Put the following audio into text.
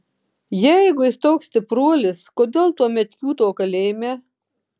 jeigu jis toks stipruolis kodėl tuomet kiūto kalėjime